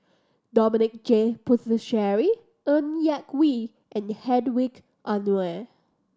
Dominic J Puthucheary Ng Yak Whee and Hedwig Anuar